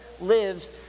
lives